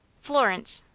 florence.